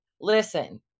listen